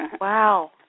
Wow